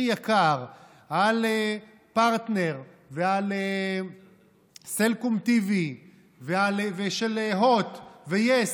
יקר על פרטנר ועל סלקום TV ועל הוט ויס,